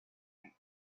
him